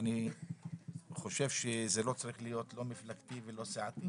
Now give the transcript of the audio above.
אני חושב שזה לא צריך להיות לא מפלגתי ולא סיעתי.